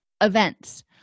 events